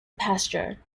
pasture